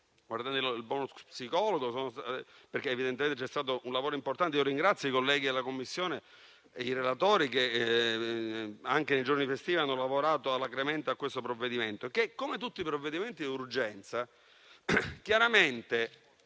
esempio sul bonus psicologo, su cui evidentemente c'è stato un lavoro importante. Ringrazio i colleghi della Commissione e i relatori che, anche nei giorni festivi, hanno lavorato alacremente a questo provvedimento, che - come tutti i provvedimenti di urgenza - chiaramente